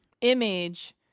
image